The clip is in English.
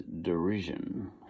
derision